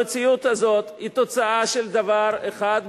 המציאות הזאת היא תוצאה של דבר אחד בלבד,